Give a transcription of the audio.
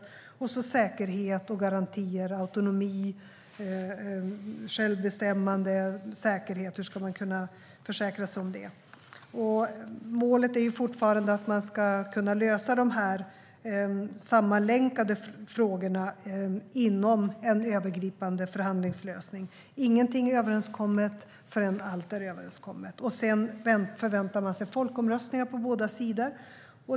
Det handlar också om säkerhet, garantier, autonomi och självbestämmande. Hur ska man kunna försäkra sig om det? Målet är fortfarande att man ska kunna lösa dessa sammanlänkade frågor inom en övergripande förhandlingslösning. Ingenting är överenskommet förrän allt är överenskommet. Sedan förväntar man sig folkomröstningar på båda sidor.